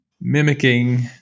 mimicking